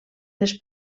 les